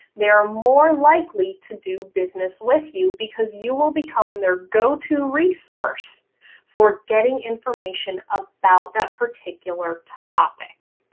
they are more likely to do business with you because you will become their go to resource for getting information about that particular topic.